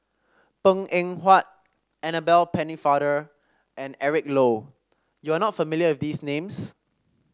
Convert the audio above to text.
Png Eng Huat Annabel Pennefather and Eric Low you are not familiar with these names